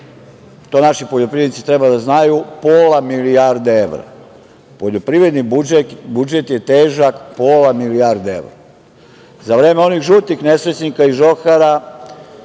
to naši poljoprivrednici treba da znaju, pola milijarde evra, poljoprivredni budžet, budžet je težak pola milijarde evra. Za vreme onih žutih nesrećnika i žohara,